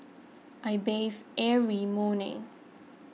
I bathe every morning